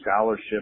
scholarship